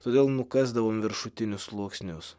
todėl nukasdavom viršutinius sluoksnius